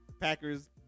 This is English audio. Packers